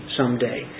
someday